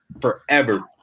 forever